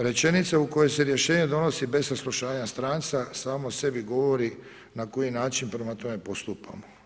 Rečenica u kojoj se rješenje donosi bez saslušanja stranca samo o sebi govori na koji način prema tome postupamo.